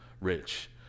rich